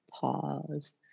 pause